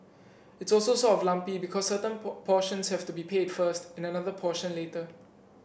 it's also sort of lumpy certain portions have to be paid first and another portion later